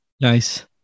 nice